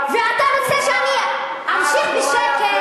ואתה רוצה שאני אמשיך בשקט.